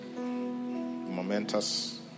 momentous